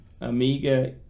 Amiga